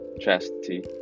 chastity